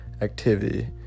activity